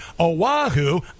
Oahu